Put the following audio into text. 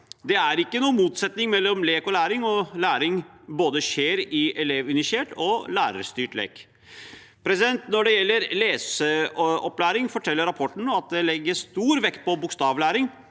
Det er ikke noen motsetning mellom lek og læring, og læring skjer både i elevinitiert og i lærerstyrt lek. Når det gjelder leseopplæring, forteller rapporten at det legges stor vekt på bokstavlæring,